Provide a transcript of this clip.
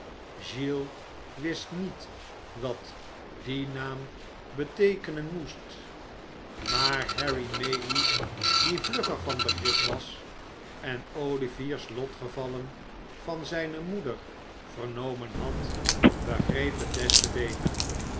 oiles wist niet wat die naam beteekenen moest maar harry maylie die vlugger van begrip was en olivier's lotgevallen van zijne moeder vernomen had begreep het des te beter